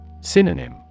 Synonym